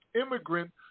immigrant